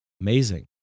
amazing